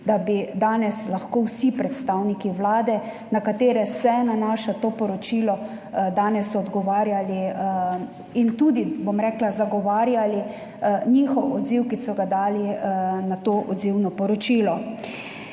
da bi danes lahko vsi predstavniki Vlade, na katere se nanaša to poročilo, odgovarjali in tudi, bom rekla, zagovarjali svoj odziv, ki so ga dali na to odzivno poročilo.